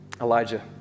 Elijah